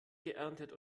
geerntet